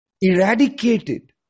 eradicated